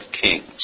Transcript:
kings